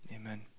Amen